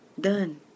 Done